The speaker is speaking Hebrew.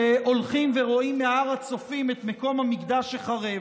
שהולכים ורואים מהר הצופים את מקום המקדש החרב.